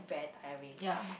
ya